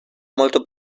molto